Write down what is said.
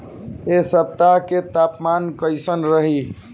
एह सप्ताह के तापमान कईसन रही?